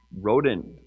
rodent